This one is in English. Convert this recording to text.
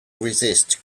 resist